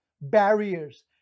barriers